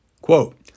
quote